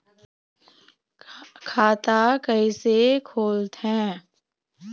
खाता कइसे खोलथें?